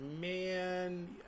man